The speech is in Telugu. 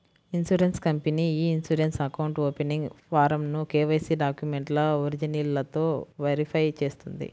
ఇన్సూరెన్స్ కంపెనీ ఇ ఇన్సూరెన్స్ అకౌంట్ ఓపెనింగ్ ఫారమ్ను కేవైసీ డాక్యుమెంట్ల ఒరిజినల్లతో వెరిఫై చేస్తుంది